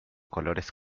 colores